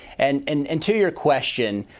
and and and to your question,